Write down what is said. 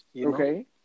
Okay